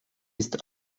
ist